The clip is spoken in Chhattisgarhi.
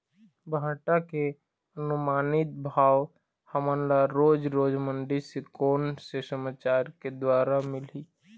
भांटा के अनुमानित भाव हमन ला रोज रोज मंडी से कोन से समाचार के द्वारा मिलही?